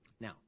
Now